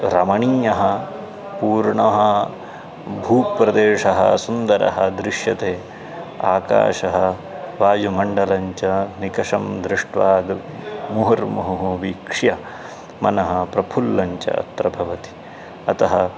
रमणीयः पूर्णः भूप्रदेशः सुन्दरः दृश्यते आकाशः वायुमण्डलञ्च निकशं दृष्ट्वा मुहर्मुहुः वीक्ष्य मनः प्रफुल्लञ्च अत्र भवति अतः